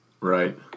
Right